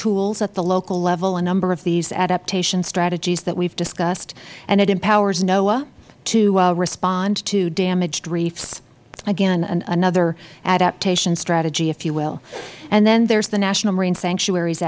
tools at the local level a number of these adaptation strategies that we have discussed and it empowers noaa to respond to damaged reefs again another adaptation strategy if you will and then there is the national marine sanctuar